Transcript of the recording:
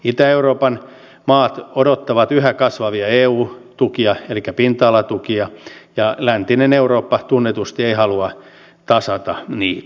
itä euroopan maat odottavat yhä kasvavia eu tukia elikkä pinta alatukia ja läntinen eurooppa tunnetusti ei halua tasata niitä